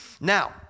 Now